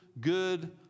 good